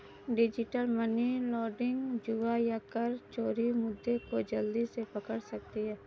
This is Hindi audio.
डिजिटल मनी लॉन्ड्रिंग, जुआ या कर चोरी मुद्दे को जल्दी से पकड़ सकती है